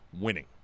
winning